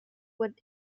would